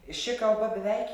ši kalba beveik